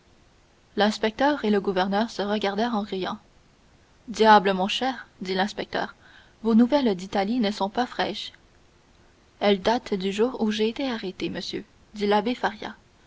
l'inspecteur et le gouverneur se regardèrent en riant diable mon cher dit l'inspecteur vos nouvelles de l'italie ne sont pas fraîches elles datent du jour où j'ai été arrêté monsieur dit l'abbé faria